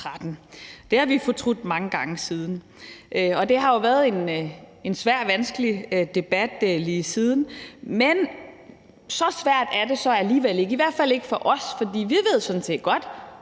Det har vi fortrudt mange gange siden, og det har jo været en svær og vanskelig debat lige siden. Men så svært er det så alligevel ikke – i hvert fald ikke for os, for vi ved sådan set godt,